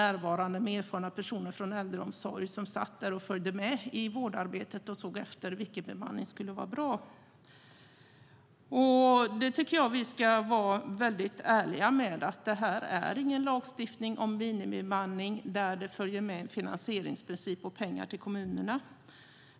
Där fanns erfarna personer från äldreomsorgen som följde med i vårdarbetet och såg vilken bemanning som skulle vara bra. Jag tycker att vi ska vara ärliga med att det här inte är fråga om lagstiftning om minimibemanning där det följer med en finansieringsprincip och pengar till kommunerna.